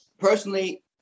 Personally